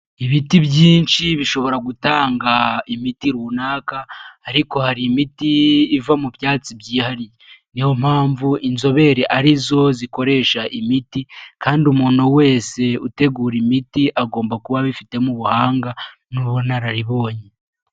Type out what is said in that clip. Ibiti byinshi bishobora gutanga imiti runaka, ariko hari imiti iva mu byatsi byihariye, niyo mpamvu inzobere ari zo zikoresha imiti kandi umuntu wese utegura imiti, agomba kuba abifitemo ubuhanga n'ubunararibonye.